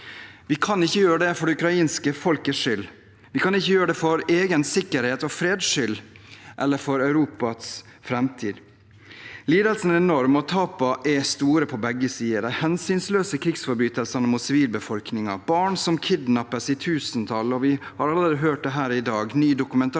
Vi kan ikke gjøre det for det ukrainske folkets skyld. Vi kan ikke gjøre det for egen sikkerhets og freds skyld eller for Europas framtid. Lidelsene er enorme, og tapene er store på begge sider. Det er hensynsløse krigsforbrytelser mot sivilbefolkningen og barn som kidnappes i tusentall. Vi har allerede i dag hørt om ny dokumentasjon